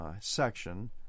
section